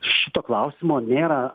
šito klausimo nėra